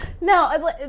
No